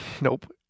Nope